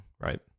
right